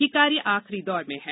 यह कार्य आखिरी दौर में है